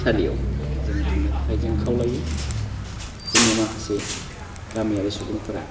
सालियाव जोङो थांनो थाखाय जों खावलायो जोंनि माखासे गामियारि सुबुंफोरा